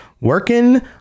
working